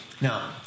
Now